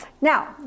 Now